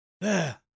There